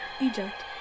Eject